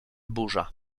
burza